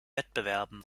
wettbewerben